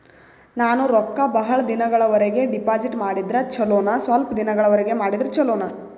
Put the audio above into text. ನಾನು ರೊಕ್ಕ ಬಹಳ ದಿನಗಳವರೆಗೆ ಡಿಪಾಜಿಟ್ ಮಾಡಿದ್ರ ಚೊಲೋನ ಸ್ವಲ್ಪ ದಿನಗಳವರೆಗೆ ಮಾಡಿದ್ರಾ ಚೊಲೋನ?